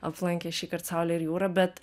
aplankė šįkart saulę ir jūrą bet